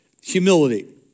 humility